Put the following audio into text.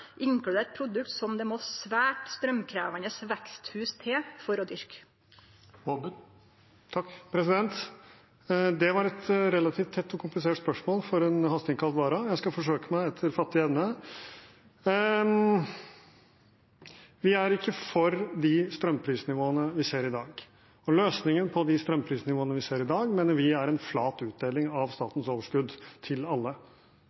produkt som det må svært straumkrevjande veksthus til for å dyrke? Det var et relativt tett og komplisert spørsmål for en hasteinnkalt vara. Jeg skal forsøke meg etter fattig evne. Vi er ikke for de strømprisnivåene vi ser i dag, og løsningen på de strømprisnivåene vi ser i dag, mener vi er en flat utdeling av statens overskudd til alle.